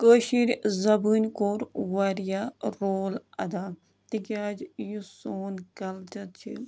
کٲشِر زَبٲنۍ کوٚر واریاہ رول اَدا تِکیٛازِ یُس سون کَلچَر چھِ